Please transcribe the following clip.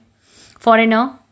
foreigner